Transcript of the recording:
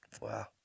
Wow